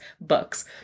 books